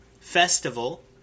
Festival